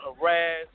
harass